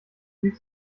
viel